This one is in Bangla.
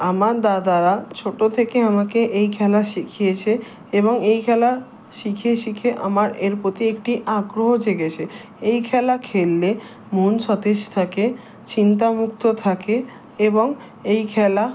আমার দাদারা ছোটো থেকে আমাকে এই খেলা শিখিয়েছে এবং এই খেলা শিখে শিখে আমার এর প্রতি একটি আগ্রহ জেগেছে এই খেলা খেললে মন সতেজ থাকে চিন্তা মুক্ত থাকে এবং এই খেলা